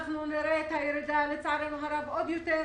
נראה לצערנו הרב עוד יותר ירידה.